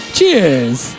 Cheers